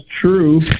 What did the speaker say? true